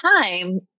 time